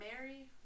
Mary